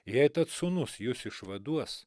jei tad sūnus jus išvaduos